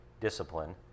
discipline